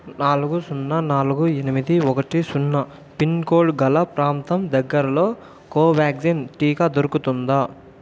నాలుగు సున్నా నాలుగు ఎనిమిది ఒకటి సున్నా పిన్కోడ్ గల ప్రాంతం దగ్గరలో కోవ్యాక్సిన్ టీకా దొరుకుతుందా